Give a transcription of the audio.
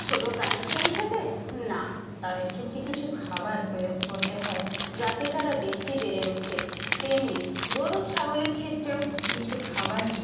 ছোটো প্রাণী খেয়েই থাকে না তাদের ক্ষেত্রে কিছু খাবার প্রয়োগ করতে হয় যাতে তারা বেশি বেড়ে ওঠে তেমনি গরু ছাগলের ক্ষেত্রেও কিছু খাবার